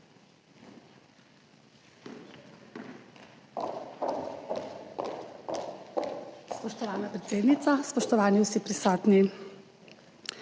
Spoštovana predsednica, spoštovani vsi prisotni!